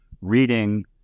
reading